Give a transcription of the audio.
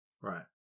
Right